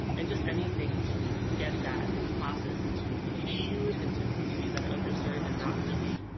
and just anything to get that process into you know the youth, into communities that are underserved and not really